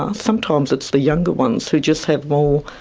ah sometimes it's the younger ones who just have more,